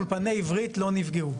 אולפני עברית לא נגעו,